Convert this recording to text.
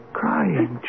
crying